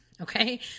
Okay